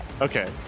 Okay